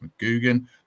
McGugan